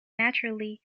naturally